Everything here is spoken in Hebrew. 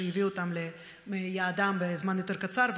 שיביא אותם ליעדם בזמן יותר קצר,